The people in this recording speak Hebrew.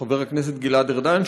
חבר הכנסת גלעד ארדן,